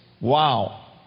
Wow